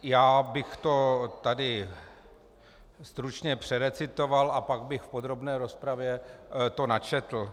Já bych to tady stručně přerecitoval a pak bych v podrobné rozpravě to načetl.